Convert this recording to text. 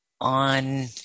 on